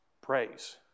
praise